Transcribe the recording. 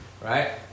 Right